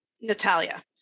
Natalia